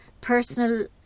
Personal